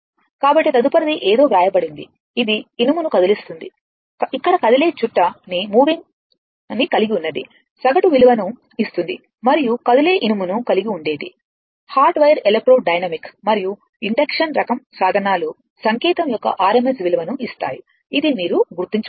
కాబట్టి తదుపరిది ఏదో వ్రాయబడింది అది ఇనుమును కదిలిస్తుంది ఇక్కడ కదిలే చుట్ట ని కలిగి వున్నది సగటు విలువను ఇస్తుంది మరియు కదిలే ఇనుము ని కలిగి ఉండేది హాట్ వైర్ ఎలక్ట్రో డైనమిక్ మరియు ఇండక్షన్ రకం సాధనాలు సంకేతం యొక్క RMS విలువను ఇస్తాయి ఇది మీరు గుర్తుంచుకోవాలి